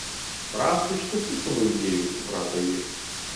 franciui iš tiesų kilo idėjų suprato ji